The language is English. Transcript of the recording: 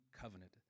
covenant